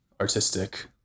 artistic